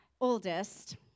oldest